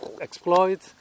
exploit